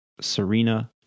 Serena